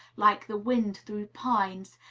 like the wind through pines,